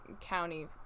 county